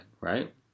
right